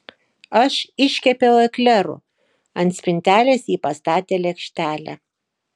aš iškepiau eklerų ant spintelės ji pastatė lėkštelę